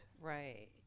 Right